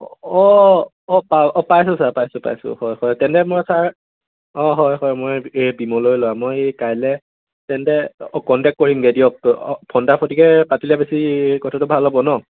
অঁ অঁ পাই অঁ পাইছোঁ ছাৰ পাইছোঁ পাইছোঁ হয় হয় তেন্তে মই ছাৰ অঁ হয় হয় মই এই বিমলৰে ল'ৰা মই এই কাইলৈ তেন্তে কণ্টেক্ট কৰিমগৈ দিয়ক পাতিলে বেছি কথাটো ভাল হ'ব ন